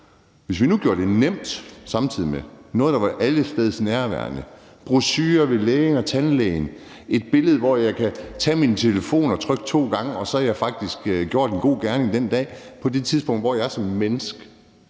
samtidig gøre det nemt, så det var noget, der var tilgængeligt alle steder – brochurer ved lægen og tandlægen; et billede, hvor jeg kan tage min telefon og trykke to gange, og så har jeg faktisk gjort en god gerning den dag på det tidspunkt, hvor jeg som menneske